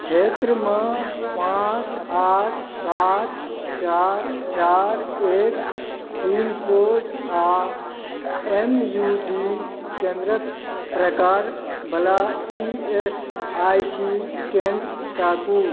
क्षेत्रमे पाँच आठ सात चारि चारि एक पिन कोड आ एम यू डी केन्द्रक प्रकार वला ई एस आई सी केन्द्र ताकू